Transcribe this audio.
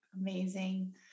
Amazing